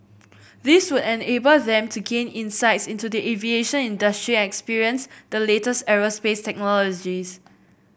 this would enable them to gain insights into the aviation industry and experience the latest aerospace technologies